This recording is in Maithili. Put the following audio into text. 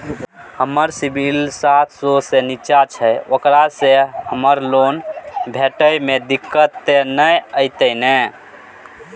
हमर सिबिल सात सौ से निचा छै ओकरा से हमरा लोन भेटय में दिक्कत त नय अयतै ने?